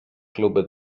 kluby